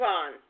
on